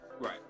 Right